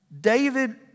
David